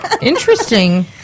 Interesting